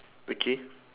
okay